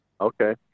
Okay